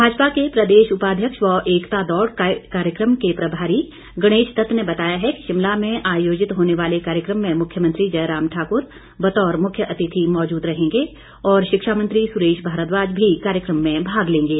भाजपा के प्रदेश उपाध्यक्ष व एकता दौड़ के कार्यक्रम प्रभारी गणेश दत्त ने बताया है कि शिमला में आयोजित होने वाले कार्यक्रम में मुख्यमंत्री जयराम ठाक्र बतौर मुख्यातिथि मौजूद रहेंगे और शिक्षा मंत्री सुरेश भारद्वाज भी कार्यक्रम में भाग लेंगे